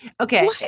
Okay